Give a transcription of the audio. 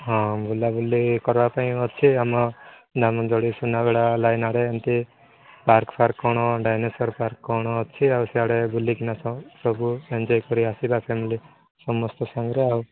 ହଁ ବୁଲାବୁଲି କରିବା ପାଇଁ ଅଛି ଆମ ନାମଦଳି ସୁନାବେଡ଼ା ଲାଇନ୍ ଆଡ଼େ ଏମତି ପାର୍କ ଫାର୍କ କ'ଣ ଡାଇନେସୋର୍ ପାର୍କ କ'ଣ ଅଛି ଆଉ ସିଆଡ଼େ ବୁଲିକିନା ସବୁ ସବୁ ଏନଜୟ କରିକି ଆସିବା ଫ୍ୟାମିଲି ସମସ୍ତେ ସାଙ୍ଗରେ ଆଉ